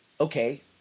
okay